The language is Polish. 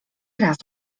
raz